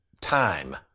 time